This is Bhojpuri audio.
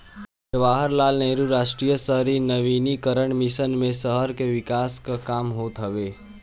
जवाहरलाल नेहरू राष्ट्रीय शहरी नवीनीकरण मिशन मे शहर के विकास कअ काम होत हवे